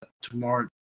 tomorrow